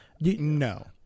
No